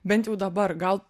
bent jau dabar gal